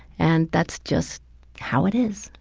and that's just how it is.